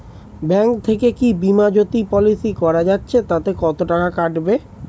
Bank থেকে কী বিমাজোতি পলিসি করা যাচ্ছে তাতে কত করে কাটবে?